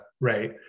right